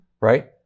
Right